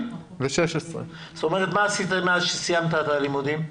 מה עשית מאז סיימת את הלימודים?